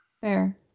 fair